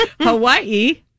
Hawaii